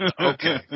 Okay